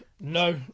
No